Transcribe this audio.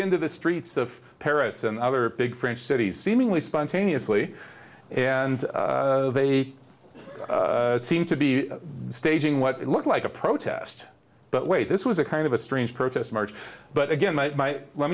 into the streets of paris and other big french cities seemingly spontaneously and they seem to be staging what looked like a protest but wait this was a kind of a strange protest march but again i let